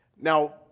Now